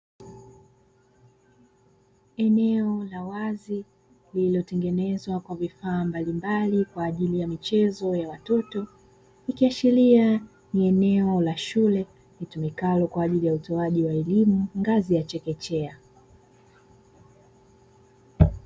Eneo la wazi lililo tengenezwa kwa vifaa mbalimbali kwa ajili ya michezo ya watoto, likiashiria ni eneo la shule litumikalo kwa ajili ya utoaji wa elimu ngazi ya chekechea.